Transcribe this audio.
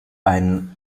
einen